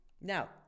Now